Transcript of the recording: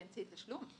באמצעי תשלום.